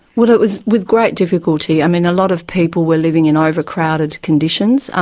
well, it was with great difficulty. i mean, a lot of people were living in overcrowded conditions.